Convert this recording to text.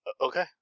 Okay